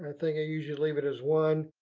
i think i usually leave it as one.